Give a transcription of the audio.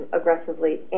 aggressively